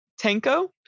Tenko